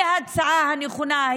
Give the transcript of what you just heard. היא ההצעה הנכונה,